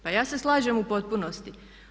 Pa ja se slažem u potpunosti.